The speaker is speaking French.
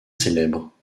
célèbre